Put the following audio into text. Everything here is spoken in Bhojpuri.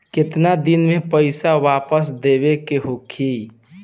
केतना दिन में पैसा वापस देवे के होखी?